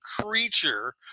creature